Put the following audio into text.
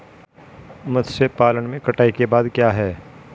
मत्स्य पालन में कटाई के बाद क्या है?